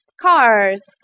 cars